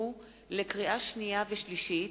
לקריאה שנייה ולקריאה שלישית: